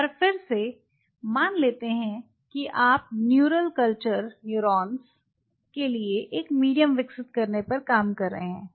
एक बार फिर से मान लेते हैं कि आप न्यूरल कल्चर न्यूरॉन्स के लिए एक मीडियम विकसित करने पर काम कर रहे हैं